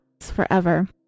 forever